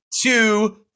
two